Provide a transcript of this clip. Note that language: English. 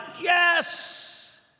Yes